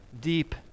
deep